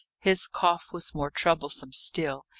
his cough was more troublesome still,